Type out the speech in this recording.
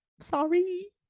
Sorry